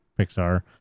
Pixar